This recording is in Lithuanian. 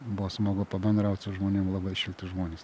buvo smagu pabendraut su žmonėm labai šilti žmonės